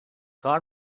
کار